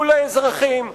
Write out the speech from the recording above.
מול האזרחים,